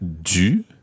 du